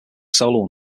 solo